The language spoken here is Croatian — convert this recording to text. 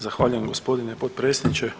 Zahvaljujem gospodine potpredsjedniče.